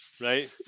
Right